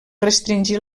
restringir